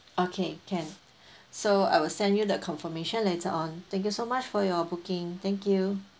okay can so I will send you the confirmation later on thank you so much for your booking thank you